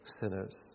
sinners